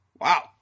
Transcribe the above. Wow